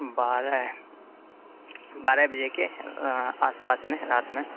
بارہ بارہ بجے کے آس پاس میں رات میں